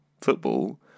football